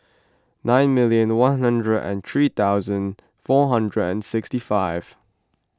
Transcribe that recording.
nine million one hundred and three thousand four hundred and sixty five